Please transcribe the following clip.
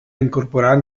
novament